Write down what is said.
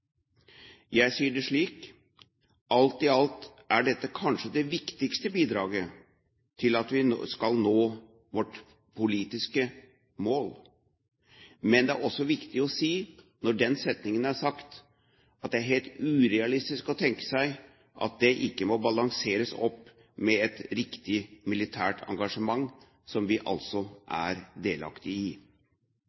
Jeg sier det slik: Alt i alt er dette kanskje det viktigste bidraget til at vi skal nå vårt politiske mål, men det er også viktig å si, når den setningen er sagt, at det er helt urealistisk å tenke seg at det ikke må balanseres opp med et riktig militært engasjement som vi altså